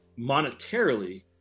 monetarily